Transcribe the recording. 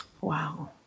Wow